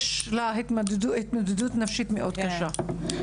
יש לה התמודדות נפשית מאוד קשה.